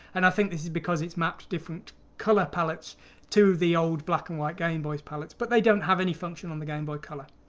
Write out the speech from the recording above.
and i think this is because it's maps different color palettes to the old black and white game boys palettes, but they don't have any function on the game boy color.